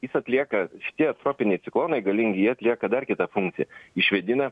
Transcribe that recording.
jis atlieka šitie tropiniai ciklonai galingi jie atlieka dar kitą funkciją išvėdina